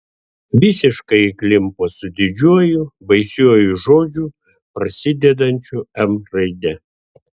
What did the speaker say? visiškai įklimpo su didžiuoju baisiuoju žodžiu prasidedančiu m raide